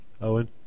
Owen